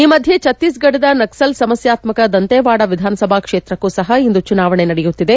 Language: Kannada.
ಈ ಮಧ್ಯೆ ಚತ್ತೀಸ್ಗಢದ ನಕ್ಲಲ್ ಸಮಸ್ಕಾತ್ಮಕ ದಂತೇವಾಡ ವಿಧಾನಸಭಾ ಕ್ಷೇತ್ರಕ್ಕೂ ಸಹ ಇಂದು ಚುನಾವಣೆ ನಡೆಯುತ್ತಿದೆ